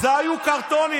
זה היו קרטונים.